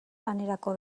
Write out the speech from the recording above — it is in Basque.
lanerako